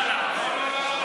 לא,